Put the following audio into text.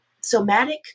somatic